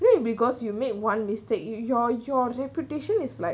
you because you make one mistake you your your reputation is like